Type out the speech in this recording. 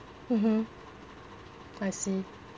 mmhmm I see